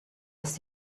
dass